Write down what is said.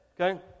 Okay